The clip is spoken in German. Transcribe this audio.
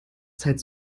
zeit